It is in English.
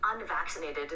unvaccinated